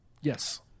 Yes